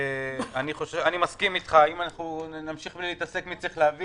אני מסכים איתך אם נמשיך להתעסק מי צריך להביא